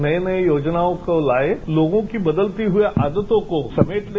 नई नई योजनाओं को लाएं लोगों की बदलती हुई आदतों को समेट ले